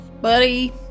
Buddy